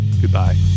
Goodbye